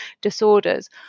Disorders